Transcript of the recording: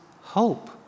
hope